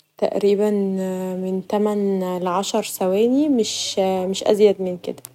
تقريبا من تمن ل عشر ثواني مش أزيد من كدا.